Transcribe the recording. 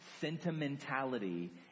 sentimentality